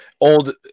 old